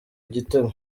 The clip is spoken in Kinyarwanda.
igitego